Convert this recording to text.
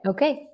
Okay